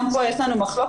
גם פה יש לנו מחלוקת,